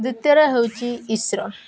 ଦ୍ଵିତୀୟରେ ହେଉଛି ଇସ୍ରୋ